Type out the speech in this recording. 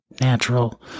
natural